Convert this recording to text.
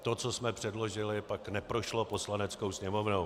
To, co jsme předložili, pak neprošlo Poslaneckou sněmovnou.